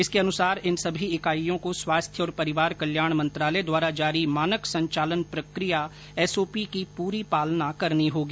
इसके अनुसार इन सभी इकाईयों को स्वास्थ्य और परिवार कल्याण मंत्रालय द्वारा जारी मानक संचालन प्रक्रिया एसओपी की पूरी पालना करनी होगी